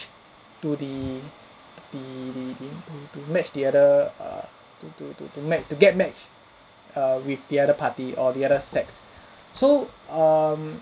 to the the the the the to match the other err to to to to matc~ to get matched err with the other party or the other sex so um